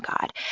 God